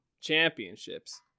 championships